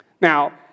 Now